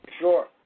Sure